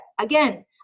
again